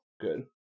Good